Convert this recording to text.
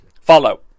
Follow